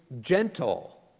gentle